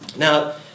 Now